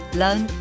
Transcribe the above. learn